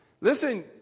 listen